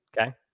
Okay